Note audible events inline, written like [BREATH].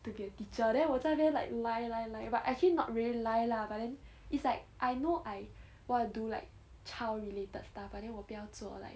to be a teacher then 我在那边 lie lie lie but actually not really lie lah but then [BREATH] it's like I know [BREATH] I want to do like child related stuff but then 我不要做 like